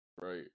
Right